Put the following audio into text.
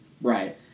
Right